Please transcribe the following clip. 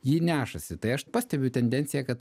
jį nešasi tai aš pastebiu tendenciją kad